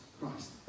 Christ